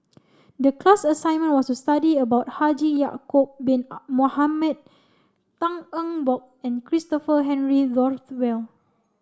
the class assignment was to study about Haji Ya'acob bin Mohamed Tan Eng Bock and Christopher Henry Rothwell